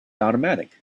automatic